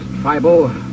Tribal